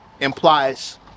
implies